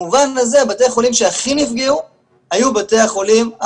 במובן הזה בתי חולים שהכי נפגעו היו בתי החולים,